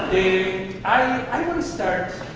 i wanna start,